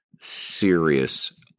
serious